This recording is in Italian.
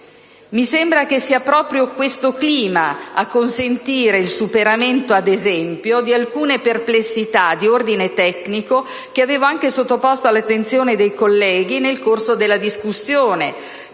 Mi sembra che sia stato proprio questo clima a consentire il superamento, ad esempio, di alcune perplessità di ordine tecnico che avevo anche sottoposto all'attenzione dei colleghi nel corso della discussione: